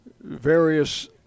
various